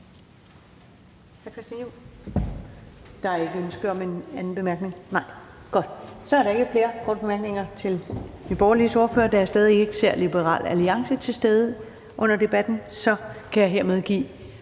bemærkning til hr. Christian Juhl? Nej, godt. Så er der ikke flere korte bemærkninger til Nye Borgerliges ordfører, og da jeg stadig ikke ser Liberal Alliance til stede under debatten, kan jeg hermed give